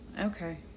Okay